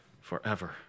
forever